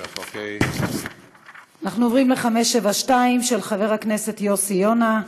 אנחנו עוברים ל-572, של חבר הכנסת יוסי יונה: